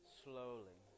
slowly